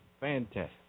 fantastic